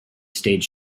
stage